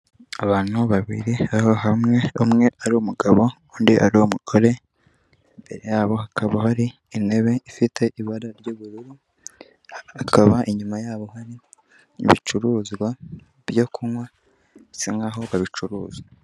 Abantu babiri aho hamwe umwe ari umugabo undi ari umugore, imbere yabo hakaba hari intebe ifite ibara ry'ubururu, akaba inyuma yabo hari ibicuruzwa byo kunywa bisa nk'aho babicuruza.